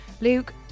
Luke